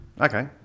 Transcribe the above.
Okay